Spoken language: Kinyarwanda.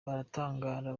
baratangara